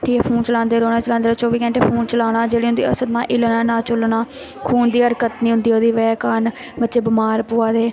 ठीक ऐ फोन चलांदे रौह्ना चलांदे रौह्ना चौबी घैंटे फोन चलाना जेह्ड़े उं'दे असर ना हिल्लना ना झुल्लना खून दी हरकत निं होंदी ओह्दी ब'जा कारण बच्चे बमार पवै दे